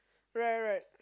right right